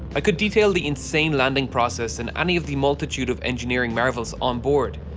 i could detail the insane landing process and any of the multitude of engineering marvels on board,